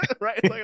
right